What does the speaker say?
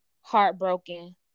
heartbroken